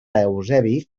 eusebi